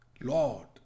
Lord